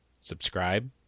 Subscribe